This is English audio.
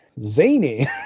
Zany